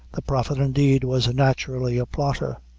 the prophet, indeed, was naturally a plotter.